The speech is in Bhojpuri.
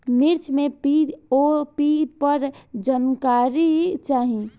मिर्च मे पी.ओ.पी पर जानकारी चाही?